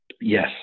Yes